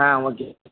ஆ okay